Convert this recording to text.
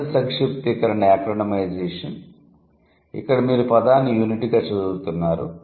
మొదటి సంక్షిప్తీకరణ ఎక్రోనిమైజేషన్ ఇక్కడ మీరు పదాన్ని యూనిట్గా చదువుతున్నారు